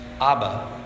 Abba